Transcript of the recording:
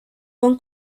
con